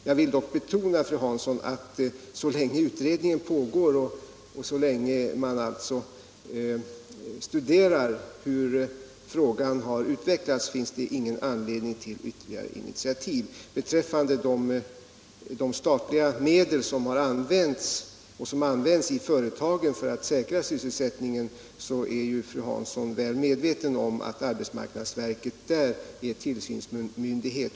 Jag vill dock betona, fru Hansson, att så länge utredningen pågår och man alltså studerar hur frågan har utvecklats finns det ingen anledning till ytterligare initiativ. Beträffande de statliga medel som har använts och används i företag för att säkra sysselsättningen är ju fru Hansson väl medveten om att arbetsmarknadsverket där är tillsynsmyndighet.